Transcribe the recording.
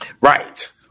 Right